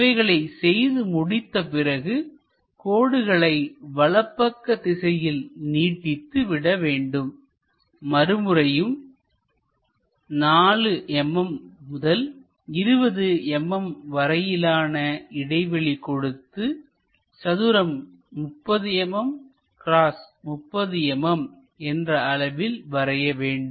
இவைகளை செய்து முடித்த பிறகுகோடுகளை வலதுபக்க திசையில் நீட்டித்து விட வேண்டும் மறுமுறையும் 4 mm முதல் 20 mm வரையிலான இடைவெளி கொடுத்து சதுரம் 30 mm x30 mm என்ற அளவில் வரைய வேண்டும்